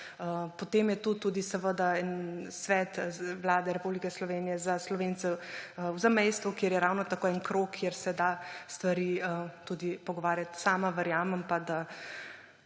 Potem je to tudi seveda en Svet Vlade Republike Slovenije za Slovence v zamejstvu, kjer je ravno tako en krog, kjer se da o stvareh tudi pogovarjati. Sama verjamem